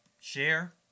share